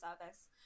service